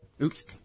Oops